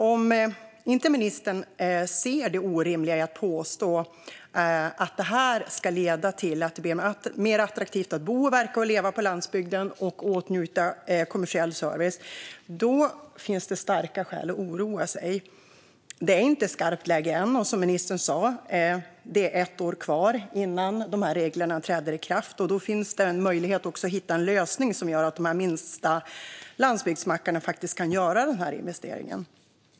Om inte ministern ser det orimliga i att påstå att det här ska leda till att det blir mer attraktivt att bo, verka och leva på landsbygden och åtnjuta kommersiell service finns det starka skäl att oroa sig. Det är inte skarpt läge än. Som ministern sa är det ett år kvar tills de här reglerna träder i kraft. Då finns det också en möjlighet att hitta en lösning som gör att de minsta landsbygdsmackarna faktiskt kan göra den här investeringen.